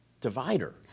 divider